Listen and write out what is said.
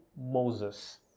Moses